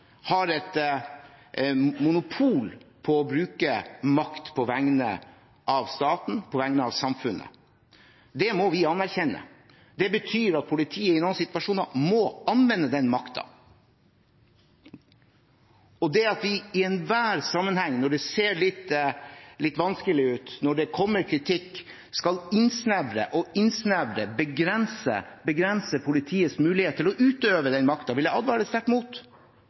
har et monopol til å bruke makt på vegne av staten, på vegne av samfunnet. Det må vi anerkjenne. Det betyr at politiet i noen situasjoner må anvende den makten. Det at vi, i enhver situasjon når det ser litt vanskelig ut og kommer kritikk, skal innsnevre og innsnevre og begrense politiets muligheter til å utøve den makten, vil jeg advare sterkt mot.